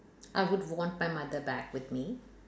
I would want my mother back with me